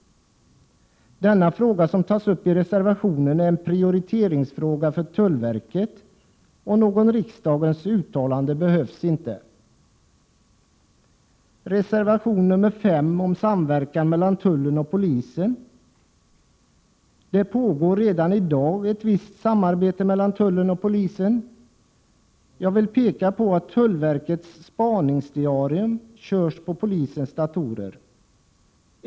Den fråga som tas upp i reservationen är en prioriteringsfråga för tullverket, och något riksdagens uttalande behövs inte. Reservation nr 5 behandlar samverkan mellan tullen och polisen. Det pågår redan i dag ett visst samarbete mellan tullen och polisen. Jag vill peka på att tullverkets spaningsdiarium körs på polisens datorer.